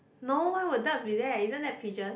no why will duck be that isn't that pigeon